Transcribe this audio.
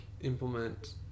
implement